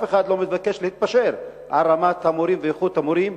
אף אחד לא מבקש להתפשר על רמת המורים ואיכות המורים